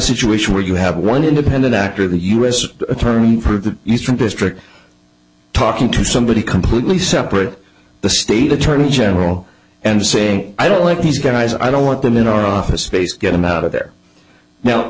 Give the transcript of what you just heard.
situation where you have one independent actor the u s attorney for the eastern district talking to somebody completely separate the state attorney general and saying i don't like these guys i don't want them in our office space get them out of there now